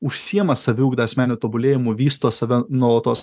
užsiima saviugda asmeniu tobulėjimu vysto save nuolatos